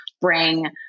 bring